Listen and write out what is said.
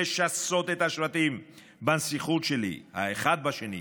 לשסות את השבטים בנסיכות שלי האחד בשני,